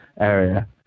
area